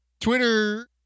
Twitter